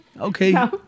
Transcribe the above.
Okay